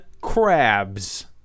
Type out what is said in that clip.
crabs